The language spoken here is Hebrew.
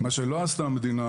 מה שלא עשתה המדינה,